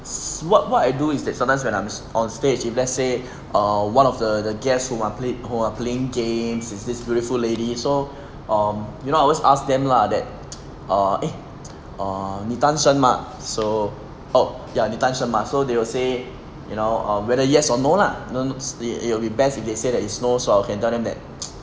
so what what I do is that sometimes when I'm on stage if let's say uh one of the guests who are played who are playing games is this beautiful lady so um you know I always ask them lah that err eh err 你单身 mah so oh ya 你单身 mah so they will say you know or whether yes or no lah don't the it'll be best if they say that is no so I can tell them that